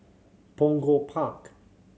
Punggol Park